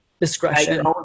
discretion